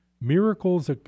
Miracles